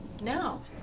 No